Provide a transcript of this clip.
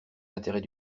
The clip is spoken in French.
intérêts